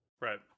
right